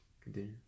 Continue